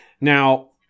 Now